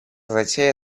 затея